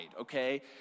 okay